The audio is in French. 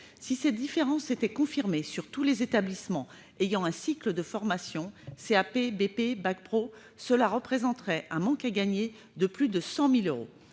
Si ces différences étaient confirmées sur tous les établissements ayant un cycle de formation CAP, brevet professionnel ou bac pro, cela représenterait un manque à gagner de plus de 100 000 euros.